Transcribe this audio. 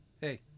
Hey